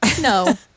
no